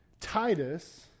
Titus